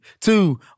two